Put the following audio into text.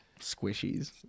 Squishies